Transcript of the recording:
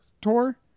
tour